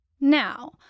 Now